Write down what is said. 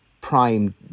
prime